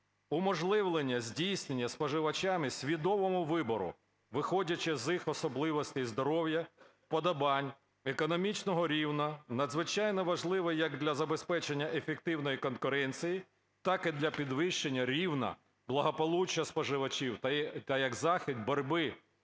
Уможливлення здійснення споживачами свідомого вибору, виходячи з їх особливостей здоров'я, вподобань, економічного рівня, надзвичайно важливої як для забезпечення ефективної конкуренції, так і для підвищення рівня благополуччя споживачів та як захід боротьби з